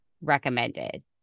recommended